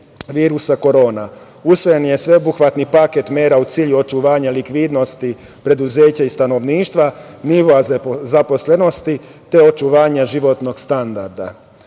virusa korona. Usvojen je sveobuhvatni paket mera u cilju očuvanja likvidnosti preduzeća i stanovništva, novo zaposlenosti, te očuvanja životnog standarda. Ekonomski